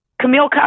Camille